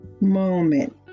moment